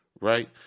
right